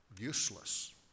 useless